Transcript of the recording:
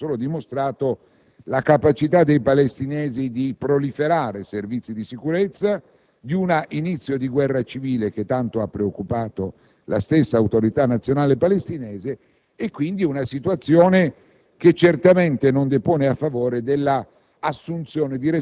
autonoma e governata dai palestinesi, in questo periodo ha solo dimostrato la capacità dei palestinesi di proliferare servizi di sicurezza, un inizio di guerra civile che tanto ha preoccupato la stessa Autorità nazionale palestinese. Si tratta, quindi, di una situazione